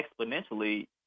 exponentially